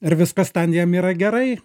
ir viskas ten jiem yra gerai